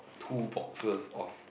two boxes of